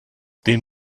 den